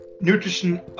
nutrition